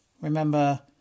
Remember